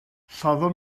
lladdon